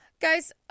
Guys